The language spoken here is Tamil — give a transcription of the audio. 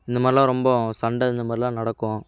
இந்த மாதிரிலாம் ரொம்ப சண்டை இந்த மாதிரிலாம் நடக்கும்